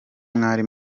mwari